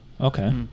Okay